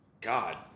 God